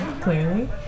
clearly